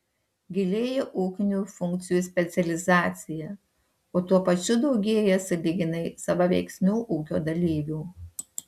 gilėja ūkinių funkcijų specializacija o tuo pačiu daugėja sąlyginai savaveiksmių ūkio dalyvių